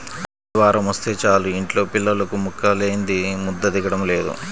ఆదివారమొస్తే చాలు యింట్లో పిల్లలకు ముక్కలేందే ముద్ద దిగటం లేదు